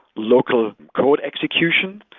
local code execution,